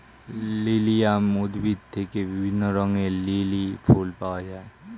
lilium উদ্ভিদ থেকে বিভিন্ন রঙের লিলি ফুল পাওয়া যায়